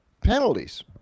penalties